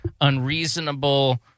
unreasonable